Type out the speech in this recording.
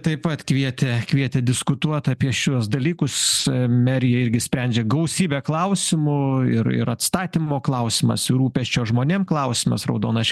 taip pat kvietė kvietė diskutuot apie šiuos dalykus merija irgi sprendžia gausybę klausimų ir ir atstatymo klausimas rūpesčio žmonėm klausimas raudonas